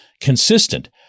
consistent